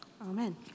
Amen